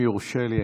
אם יורשה לי,